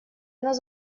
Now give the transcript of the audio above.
нас